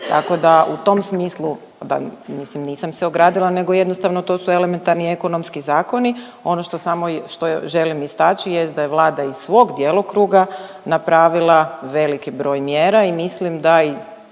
tako da u tom smislu mislim nisam se ogradila nego jednostavno to su elementarni ekonomski zakoni. Ono što samo želim istaći jest da je Vlada iz svog djelokruga napravila veliki broj mjera i mislim da i